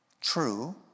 True